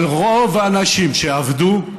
אבל רוב האנשים שעבדו,